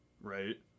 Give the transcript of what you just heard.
right